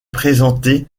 présenté